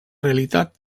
realitat